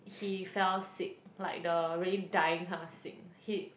he fell sick like the really dying kind of sick he